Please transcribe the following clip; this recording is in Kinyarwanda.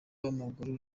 w’amaguru